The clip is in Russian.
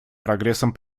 прогрессом